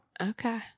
Okay